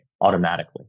automatically